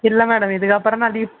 இல்லை மேடம் இதுக்கப்புறம் நான் லீவ்